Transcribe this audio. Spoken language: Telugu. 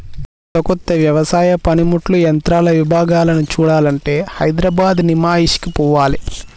కొత్త కొత్త వ్యవసాయ పనిముట్లు యంత్రాల విభాగాలను చూడాలంటే హైదరాబాద్ నిమాయిష్ కు పోవాలే